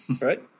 Right